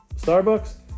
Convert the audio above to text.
Starbucks